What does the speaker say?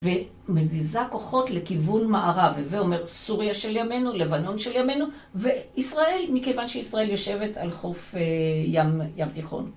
ומזיזה כוחות לכיוון מערב, הווה אומר, סוריה של ימינו, לבנון של ימינו וישראל, מכיוון שישראל יושבת על חוף ים תיכון.